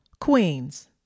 Queens